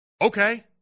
Okay